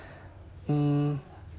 mm